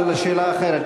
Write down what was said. אבל על שאלה אחרת.